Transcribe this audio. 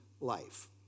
life